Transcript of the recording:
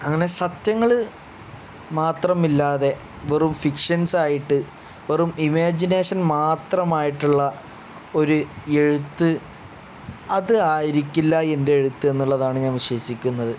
അങ്ങനെ സത്യങ്ങൾ മാത്രമില്ലാതെ വെറും ഫിക്ഷൻസായിട്ട് വെറും ഇമാജിനേഷൻ മാത്രമായിട്ടുള്ള ഒരു എഴുത്ത് അത് ആയിരിക്കില്ല എൻ്റെ എഴുത്ത് എന്നുള്ളത് എന്നാണ് ഞാൻ വിശ്വസിക്കുന്നത്